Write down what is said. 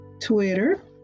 twitter